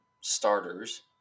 starters